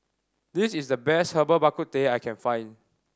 this is the best Herbal Bak Ku Teh I can find